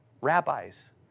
rabbis